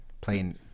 playing